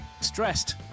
Stressed